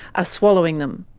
ah swallowing them.